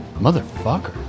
Motherfucker